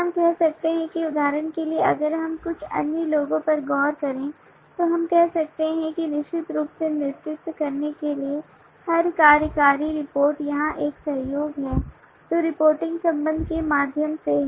हम कह सकते हैं कि उदाहरण के लिए अगर हम कुछ अन्य लोगों पर गौर करें तो हम कह सकते हैं कि निश्चित रूप से नेतृत्व करने के लिए हर कार्यकारी रिपोर्ट यहाँ एक सहयोग है जो रिपोर्टिंग संबंध के माध्यम से है